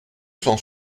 cent